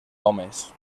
homes